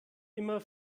immer